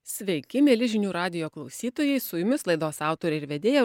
sveiki mieli žinių radijo klausytojai su jumis laidos autorė ir vedėja